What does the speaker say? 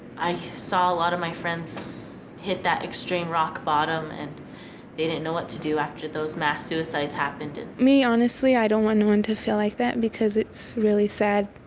i saw a lot of my friends hit that extreme rock-bottom and they didn't know what to do after those mass suicides happened and. me honestly, i don't want anyone and to feel like that, because it's really sad,